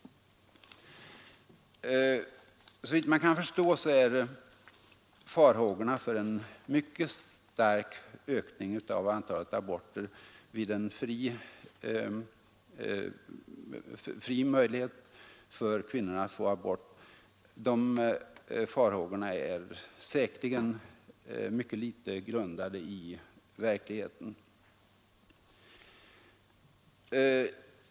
Såvitt jag kan förstå är farhågorna för en ytterligare stark ökning av antalet aborter vid en fri möjlighet för kvinnorna att få abort svagt grundade.